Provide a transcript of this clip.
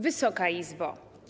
Wysoka Izbo!